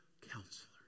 Counselor